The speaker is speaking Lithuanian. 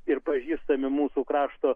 ir pažįstami mūsų krašto